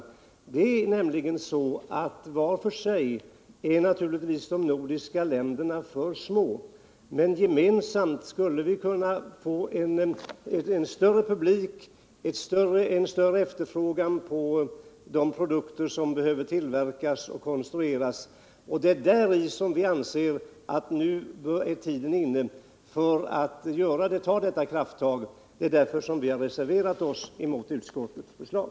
Vart och ett för sig är de nordiska länderna naturligtvis för små, men gemensamt skulle vi kunna få större publik och bättre efterfrågan på de produkter som behöver konstrueras och tillverkas. Vi anser att tiden nu är inne för att ta detta krafttag, och det är därför som vi har reserverat oss mot utskottets förslag.